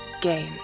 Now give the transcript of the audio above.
game